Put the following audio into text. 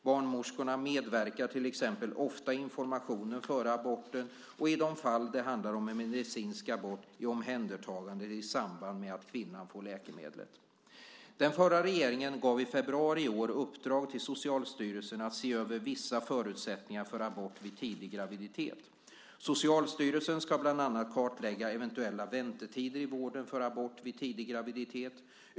Barnmorskorna medverkar till exempel ofta i informationen före aborten och, i de fall det handlar om en medicinsk abort, i omhändertagandet i samband med att kvinnan får läkemedlet. Den förra regeringen gav i februari i år i uppdrag till Socialstyrelsen att se över vissa förutsättningar för abort vid tidig graviditet. Socialstyrelsen ska bland annat kartlägga eventuella väntetider i vården för abort vid tidig graviditet.